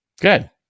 good